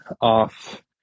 off